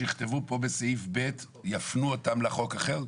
שיכתבו פה בסעיף ב', יפנו אותם לחוק אחר?